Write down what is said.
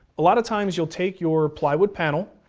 a lot of times you'll take your ply wood panel,